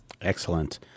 Excellent